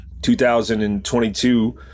2022